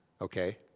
Okay